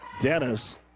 Dennis